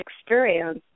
experience